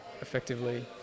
effectively